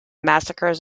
massacres